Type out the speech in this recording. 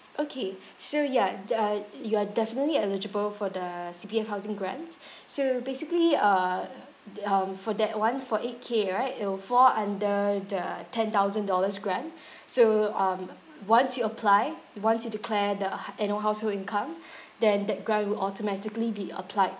okay so ya th~ uh you are definitely eligible for the C_P_F housing grant so basically uh um for that [one] for eight K right it will fall under the ten thousand dollars grant so um once you apply once you declare the hu~ annual household income then that grant will automatically be applied